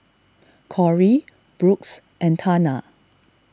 Kory Brooks and Tana